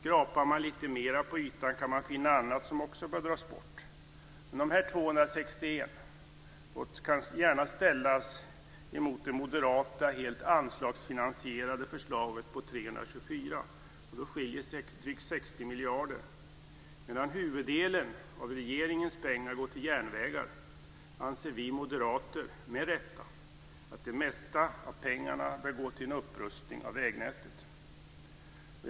Skrapar man lite mer på ytan kan man finna annat som också bör dras bort. Men de här 261 miljarderna kan gärna ställas mot det moderata helt anslagsfinansierade förslaget på 324 miljarder. Då skiljer drygt 60 miljarder. Medan huvuddelen av regeringens pengar går till järnvägar, anser vi moderater, med rätta, att det mesta av pengarna bör gå till en upprustning av vägnätet.